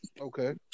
Okay